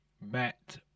met